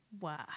wow